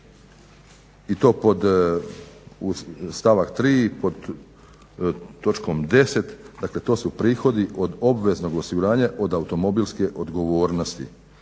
to pod stavak 3.pod točkom 10.dakle to su prihodi od obveznog osiguranja od automobilske odgovornosti